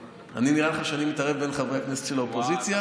נראה לך שאני מתערב בין חברי הכנסת של האופוזיציה?